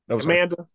Amanda